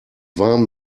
warm